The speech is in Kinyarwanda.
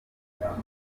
harimo